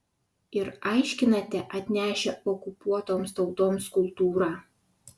ir aiškinate atnešę okupuotoms tautoms kultūrą